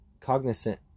cognizant